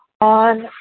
on